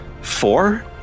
four